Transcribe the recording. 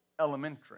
elementary